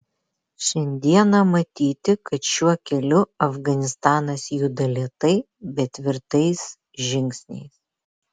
šiandieną matyti kad šiuo keliu afganistanas juda lėtai bet tvirtais žingsniais